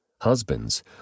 Husbands